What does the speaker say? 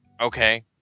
Okay